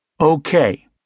Okay